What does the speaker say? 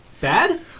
Bad